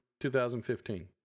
2015